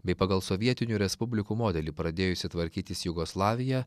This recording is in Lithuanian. bei pagal sovietinių respublikų modelį pradėjusi tvarkytis jugoslavija